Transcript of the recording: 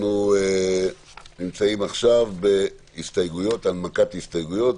אנחנו נמצאים עכשיו בהנמקת ההסתייגויות,